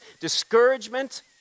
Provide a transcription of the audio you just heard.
discouragement